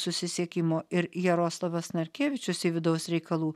susisiekimo ir jaroslavas narkevičius į vidaus reikalų